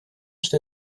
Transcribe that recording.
что